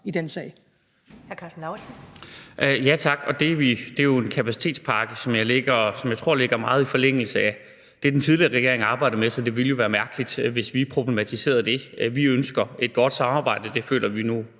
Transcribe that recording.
i den sag.